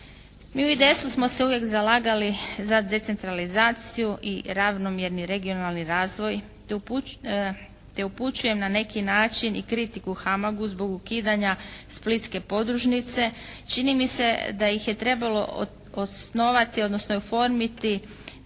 Mi u IDS-u smo se uvijek zalagali za decentralizaciju i ravnomjerni regionalni razvoj te upućuje na neki način i kritiku HAMAG-u zbog ukidanja splitske podružnice. Čini mi se da ih je trebalo osnovati, odnosno oformiriti